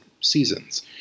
seasons